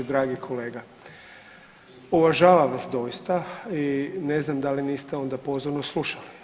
Dragi kolega uvažavam vas doista i ne znam da li niste onda pozorno slušali.